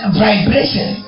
vibration